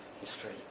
history